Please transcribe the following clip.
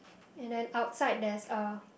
and then outside there's a